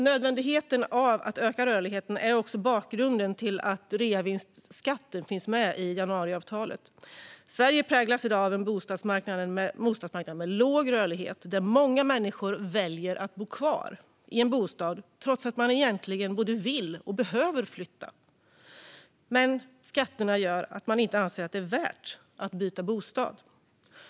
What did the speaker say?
Nödvändigheten av att öka rörligheten är bakgrunden till att reavinstskatten finns med i januariavtalet. Sverige präglas i dag av en bostadsmarknad med låg rörlighet där många människor väljer att bo kvar i en bostad trots att de egentligen både vill och behöver flytta. Skatterna gör dock att de inte anser det vara värt att byta bostad.